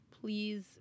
Please